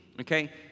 okay